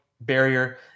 barrier